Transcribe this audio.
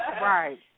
Right